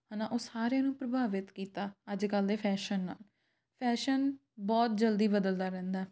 ਹੈ ਨਾ ਉਹ ਸਾਰਿਆਂ ਨੂੰ ਪ੍ਰਭਾਵਿਤ ਕੀਤਾ ਅੱਜ ਕੱਲ੍ਹ ਦੇ ਫੈਸ਼ਨ ਨਾਲ ਫੈਸ਼ਨ ਬਹੁਤ ਜਲਦੀ ਬਦਲਦਾ ਰਹਿੰਦਾ